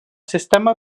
sistema